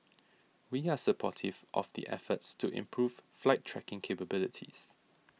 we are supportive of the efforts to improve flight tracking capabilities